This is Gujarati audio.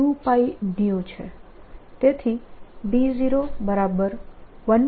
તેથી B01c થશે